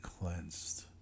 cleansed